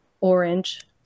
orange